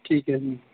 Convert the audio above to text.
ਠੀਕ ਹੈ ਜੀ